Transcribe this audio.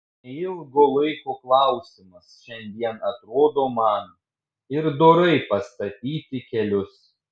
neilgo laiko klausimas šiandien atrodo man ir dorai pastatyti kelius